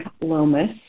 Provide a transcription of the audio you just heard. Lomas